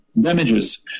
damages